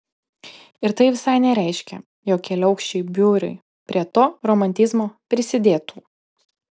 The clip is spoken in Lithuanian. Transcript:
ir tai visai nereiškia jog keliaaukščiai biurai prie to romantizmo prisidėtų